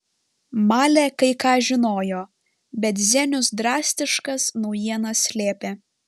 malė kai ką žinojo bet zenius drastiškas naujienas slėpė